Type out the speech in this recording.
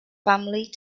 family